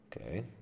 Okay